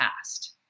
past